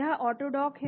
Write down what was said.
यह ऑटोडॉक है